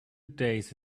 days